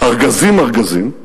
ארגזים ארגזים,